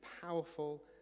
powerful